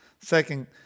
Second